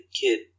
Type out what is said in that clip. kid